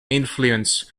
influence